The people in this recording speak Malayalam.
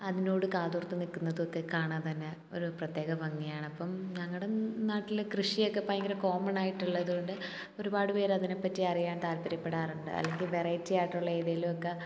അതിനോട് കാതോർത്തു നിൽക്കുന്നതൊക്ക് കാണാൻ തന്നെ ഒരു പ്രത്യേക ഭംഗിയാണ് അപ്പം ഞങ്ങളുടെ നാട്ടിൽ കൃഷിയൊക്കെ ഭയങ്കര കോമൺ ആയിട്ടുള്ളത് കൊണ്ട് ഒരുപാട് പേർ അതിനെ പറ്റി അറിയാൻ താല്പര്യപ്പെടാറുണ്ട് അല്ലെങ്കിൽ വെറൈറ്റി ആയിട്ടുള്ള രീതിയിലും ഒക്കെ